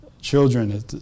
children